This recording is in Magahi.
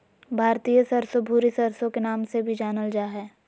भारतीय सरसो, भूरी सरसो के नाम से भी जानल जा हय